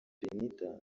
benitha